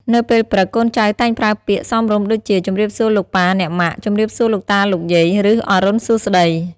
នៅពេលព្រឹក កូនចៅតែងប្រើពាក្យសមរម្យដូចជា ជម្រាបសួរលោកប៉ាអ្នកម៉ាក់ ជំរាបសួរលោកតាលោកយាយ ឬ អរុណសួស្តី។